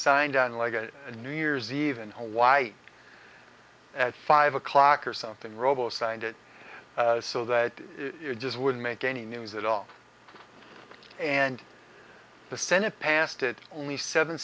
signed on like a new year's eve in hawaii at five o'clock or something robo signed it so that just wouldn't make any news at all and the senate passed it only seven